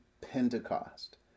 Pentecost